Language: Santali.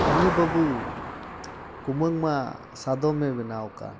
ᱦᱟᱹᱱᱤ ᱵᱟᱹᱵᱩ ᱠᱩᱢᱟᱹᱝᱢᱟ ᱥᱟᱫᱚᱢᱮ ᱵᱮᱱᱟᱣᱠᱟᱱ